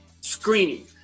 screening